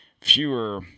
fewer